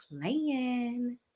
Playing